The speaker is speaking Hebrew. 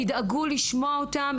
תדאגו לשמוע אותם,